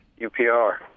UPR